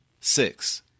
Six